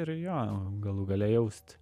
ir jo galų gale jausti